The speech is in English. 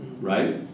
right